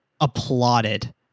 applauded